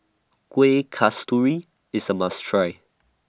Kueh Kasturi IS A must Try